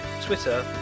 Twitter